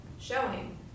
showing